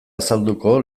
azalduko